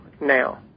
now